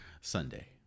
Sunday